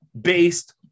based